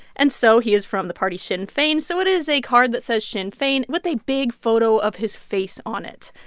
and so he is from the party sinn fein so it is a card that says sinn and fein with a big photo of his face on it.